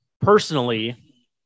personally